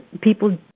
people